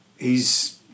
hes